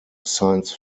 science